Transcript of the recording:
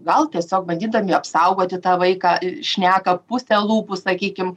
gal tiesiog bandydami apsaugoti tą vaiką šneka puse lūpų sakykim